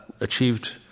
achieved